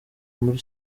muri